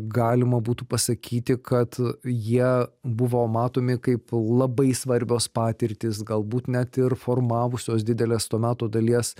galima būtų pasakyti kad jie buvo matomi kai labai svarbios patirtys galbūt net ir formavusios didelės to meto dalies